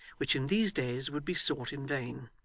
which in these days would be sought in vain.